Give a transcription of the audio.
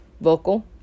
vocal